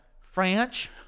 French